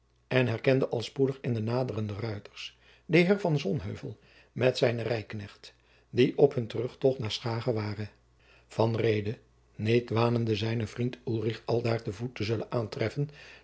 en herkende al spoedig in de naderende ruiters den heer van sonheuvel met zijnen rijknecht die op hun terugtocht naar s hage waren van reede niet wanende zijnen vriend ulrich aldaar te voet te zullen aantreffen